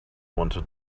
wanted